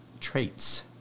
Traits